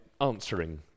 answering